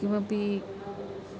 किमपि